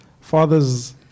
Fathers